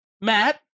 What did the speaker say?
Matt